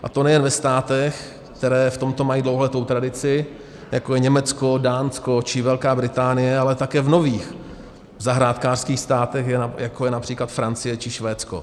A to nejen ve státech, které v tomto mají dlouholetou tradici, jako je Německo, Dánsko či Velká Británie, ale také v nových zahrádkářských státech, jako je například Francie či Švédsko.